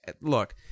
Look